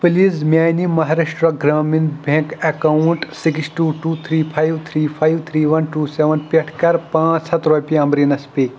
please میٛانہِ Maharashtra Gramin bank account six two two three five three five three one two seven پٮ۪ٹھ کَر پانٛژھ ہَتھ رۄپیہِ عمریٖنس پےٚ